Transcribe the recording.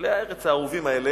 חבלי הארץ האהובים האלה,